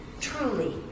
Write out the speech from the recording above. truly